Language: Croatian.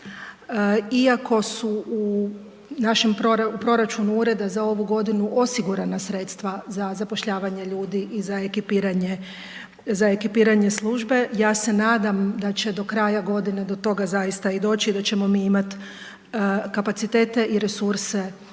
iako su u našem, u proračunu Ureda za ovu godinu osigurana sredstva za zapošljavanje ljudi za ekipiranje službe, ja se nadam da će do kraja godine do toga zaista i doći i da ćemo mi imati kapacitete i resurse